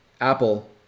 Apple